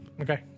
Okay